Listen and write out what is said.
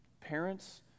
parents